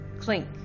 clink